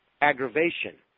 aggravation